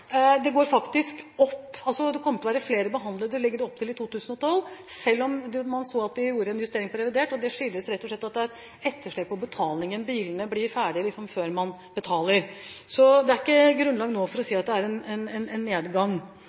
opp til at det kommer til å være flere behandlede søknader i 2012, selv om vi gjorde en justering i revidert nasjonalbudsjett. Det skyldes at det er et etterslep på betalingen – bilene blir ferdige før man betaler. Det er ikke nå noe grunnlag for å si at det er en nedgang. Man har gjort en